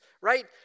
Right